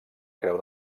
creu